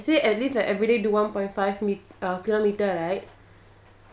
ya he say at least like everyday do one point five met~ uh kilometre right